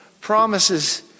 promises